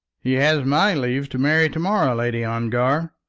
he has my leave to marry to-morrow, lady ongar.